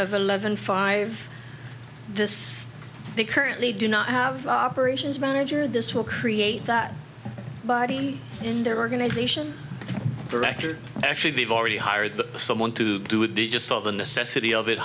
of eleven five this the current they do not have operations manager this will create that body in their organization director actually they've already hired someone to do it they just saw the necessity of it